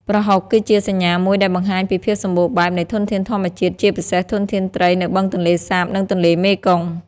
ប្រហុកគឺជាសញ្ញាមួយដែលបង្ហាញពីភាពសម្បូរបែបនៃធនធានធម្មជាតិ ជាពិសេសធនធានត្រីនៅបឹងទន្លេសាប និងទន្លេមេគង្គ។